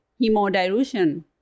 hemodilution